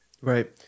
Right